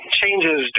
changes